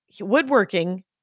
woodworking